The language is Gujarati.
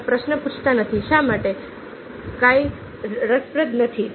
તમે પ્રશ્ન પૂછતા નથી શા માટે કાચ રસપ્રદ નથી